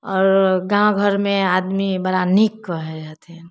आओर गाँव घरमे आदमी बड़ा नीक कहय हथिन